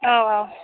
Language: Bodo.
औ औ